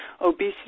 obesity